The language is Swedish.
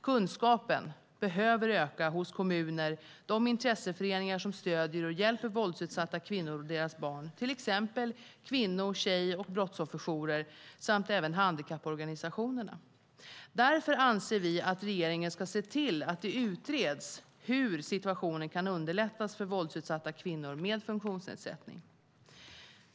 Kunskapen behöver öka hos kommuner, de intresseföreningar som stöder och hjälper våldsutsatta kvinnor och deras barn, till exempel kvinno-, tjej och brottsofferjourer, samt handikapporganisationerna. Därför anser vi att regeringen ska se till att det utreds hur situationen kan underlättas för våldsutsatta kvinnor med funktionsnedsättning.